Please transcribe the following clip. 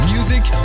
Music